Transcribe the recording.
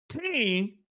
team